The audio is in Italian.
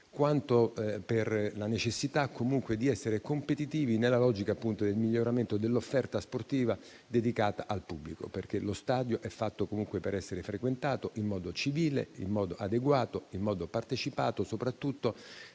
quanto per la necessità, comunque, di essere competitivi nella logica del miglioramento dell'offerta sportiva dedicata al pubblico. Lo stadio infatti è fatto per essere frequentato in modo civile, adeguato e partecipato, soprattutto